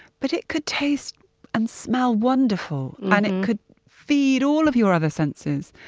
but it could taste and smell wonderful and it could feed all of your other senses.